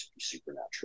supernatural